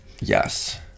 Yes